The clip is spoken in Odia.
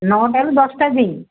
ନଅଟାରୁ ଦଶଟାବି